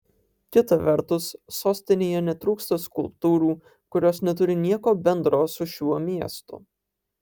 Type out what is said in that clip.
kita vertus sostinėje netrūksta skulptūrų kurios neturi nieko bendro su šiuo miestu